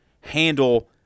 handle –